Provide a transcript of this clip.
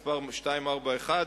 מס' 241,